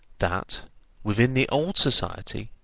that within the old society,